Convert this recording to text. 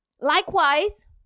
Likewise